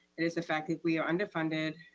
it is the fact that we are underfunded,